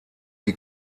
die